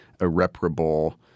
irreparable